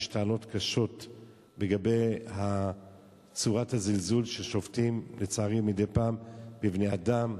שיש טענות קשות לגבי הזלזול מדי פעם של שופטים בבני-אדם,